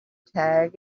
tag